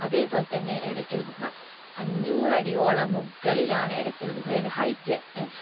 അതേപോലെതന്നെ എടയ്ക്കൽഗുഹ അഞ്ഞൂറടിയോളം മുകളിലാണ് എടയ്ക്കൽഗുഹയുടെ ഹൈറ്റ്